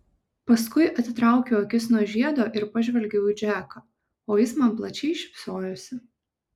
paskui atitraukiau akis nuo žiedo ir pažvelgiau į džeką o jis man plačiai šypsojosi